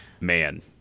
man